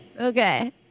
Okay